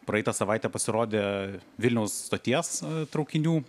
praeitą savaitę pasirodė vilniaus stoties traukinių